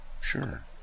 sure